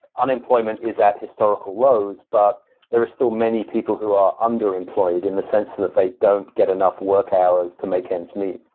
unemployment is at historical lows, but there are still many people who are underemployed in the sent so that they don't get enough work hours to make ends meet.